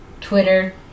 Twitter